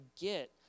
get